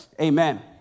Amen